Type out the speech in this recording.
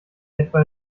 etwa